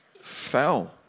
fell